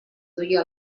duia